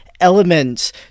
elements